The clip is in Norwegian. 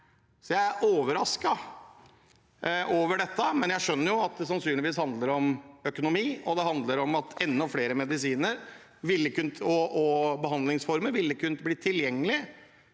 jeg er overrasket over dette, men jeg skjønner jo at det sannsynligvis handler om økonomi. Samtidig handler det om at enda flere medisiner og behandlingsformer ville kunne bli tilgjengelig